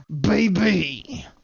baby